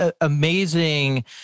amazing